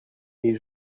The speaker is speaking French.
les